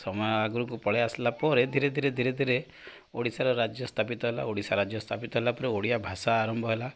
ସମୟ ଆଗରକୁ ପଳେଇ ଆସିଲା ପରେ ଧୀରେ ଧୀରେ ଧୀରେ ଧୀରେ ଓଡ଼ିଶାର ରାଜ୍ୟ ସ୍ଥାପିତ ହେଲା ଓଡ଼ିଶା ରାଜ୍ୟ ସ୍ଥାପିତ ହେଲା ପରେ ଓଡ଼ିଆ ଭାଷା ଆରମ୍ଭ ହେଲା